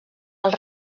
els